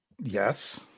Yes